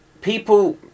People